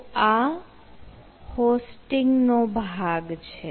તો આ હોસ્ટિંગ નો ભાગ છે